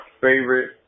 favorite